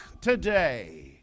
today